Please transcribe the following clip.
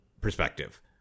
perspective